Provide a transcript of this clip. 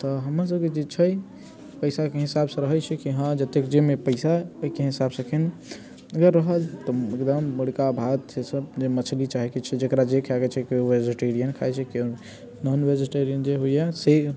तऽ हमरा सभकेँ जे छै पैसाके हिसाब से रहैत छै कि हँ जतेक जेबमे पैसा है ओहिके हिसाब से अगर रहल तऽ ओएह मुर्गा भात से सभ जे मछली चाहे किछु जेकरा जे खाएके छै केओ वेजिटेरियन खाइत छै किओ नोन वेजिटेरियन जे होइया से